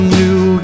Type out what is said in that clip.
new